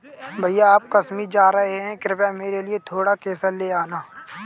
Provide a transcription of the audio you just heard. भैया आप कश्मीर जा रहे हैं कृपया मेरे लिए थोड़ा केसर ले आना